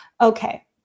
Okay